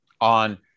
on